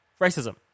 racism